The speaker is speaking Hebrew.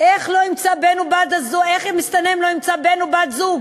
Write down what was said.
איך מסתנן לא ימצא בן או בת זוג?